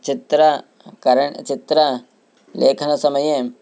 चित्रकरणं चित्रं लेखनसमये